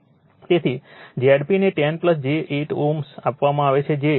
તેથી Zp ને 10 j 8 Ω આપવામાં આવે છે જે 12